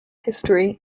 history